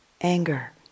Anger